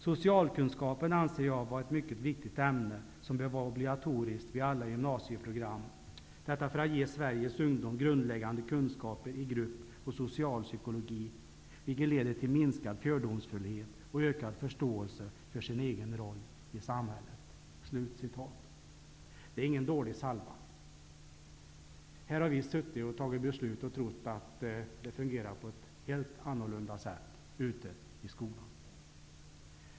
Socialkunskapen anser jag vara ett mycket viktigt ämne, som bör vara obligatoriskt vid alla gymnasieprogram. Detta för att ge Sveriges ungdom grundläggande kunskaper i grupp och socialpsykologi, vilket leder till minskad fördomsfullhet och ökad förståelse för den egna rollen i samhället.'' Det är ingen dålig salva. Här har vi suttit och fattat beslut och trott att det fungerar på ett helt annorlunda sätt ute i skolan.